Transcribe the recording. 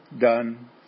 done